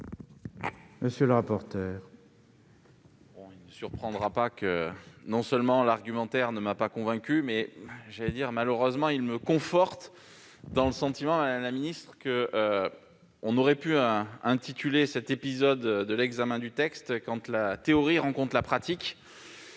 Monsieur le rapporteur,